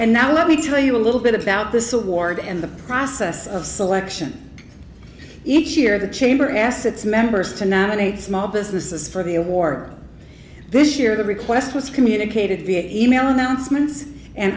and now let me tell you a little bit about this award and the process of selection each year the chamber asks its members to nominate small businesses for the a war this year the request was communicated via email announcements and